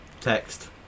Text